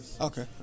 Okay